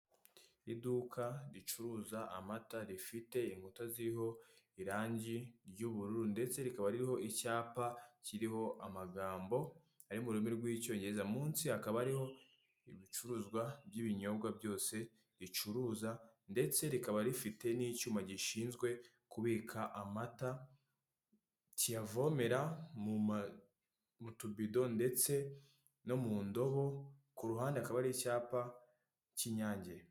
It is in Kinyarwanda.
Iduka ricuruza amata rifite inkuta ziriho irangi ry'ubururu, ndetse rikaba ririho icyapa kiriho amagambo ari mu rurimi rw'icyongereza munsi rikaba ririho ibicuruzwa by'ibinyobwa byose ricuruza, ndetse rikaba rifite n'icyuma gishinzwe kubika amata kiyavomera mu tubido, ndetse no mu ndobo, ku ruhande hakaba hari icyapa cy'inyange.